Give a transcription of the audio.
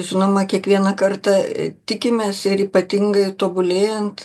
žinoma kiekvieną kartą tikimės ir ypatingai tobulėjant